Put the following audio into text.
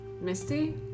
Misty